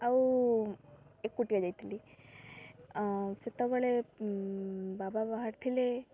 ଆଉ ଏକୁଟିଆ ଯାଇଥିଲି ସେତେବେଳେ ବାବା ବାହାରିଥିଲେ